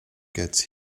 gets